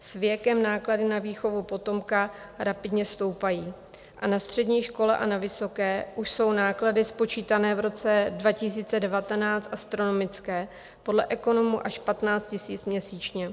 S věkem náklady na výchovu potomka rapidně stoupají a na střední škole a na vysoké už jsou náklady spočítané v roce 2019 astronomické, podle ekonomů až 15 000 měsíčně.